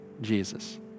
Jesus